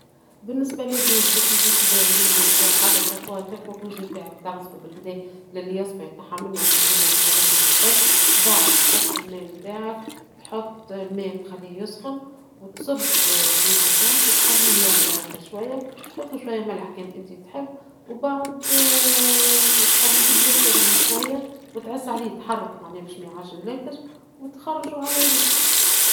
بالنسبة للروز باش يجيك باهي ، يلزمك أول حاجة تأخذ الروز نتاعك تغسلوا بالقدا للي يصفى يتنحالوا هذاك اللون اللبني الكل ، بعد تحط الماء نتاعك تحط الماء تخليه يسخن ، وتصب الروز نتاعك وتخليه يغلي هكا شوية ، تحطلوا شوية ملح كان انتي تحب، وبعد تخليه باش يغلي شوية ، وتعس عليه شوية وتحركوا باش ميتعجنش ، وتخرجوا على روحك.